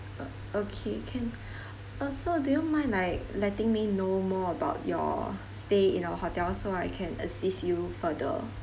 uh okay can uh so do you mind like letting me know more about your stay in our hotel so I can assist you further